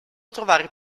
trovare